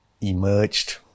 emerged